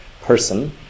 person